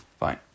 Fine